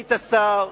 סגנית השר,